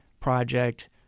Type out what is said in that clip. project